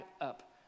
up